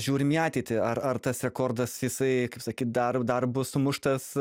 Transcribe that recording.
žiūrim į ateitį ar ar tas rekordas jisai sakyt dar dar bus sumuštas